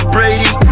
Brady